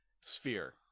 sphere